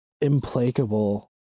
implacable